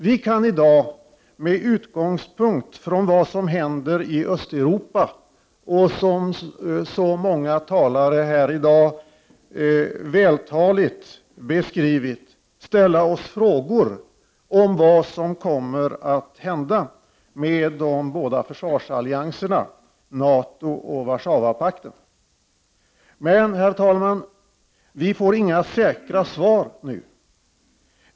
Vi kan i dag med utgångspunkt i det som händer i Östeuropa och som så många talare här i dag vältaligt beskrivit ställa oss frågor om vad som kommer att hända med de båda försvarsallianserna, NATO och Warszawapakten. Men, herr talman, vi får inga säkra svar nu.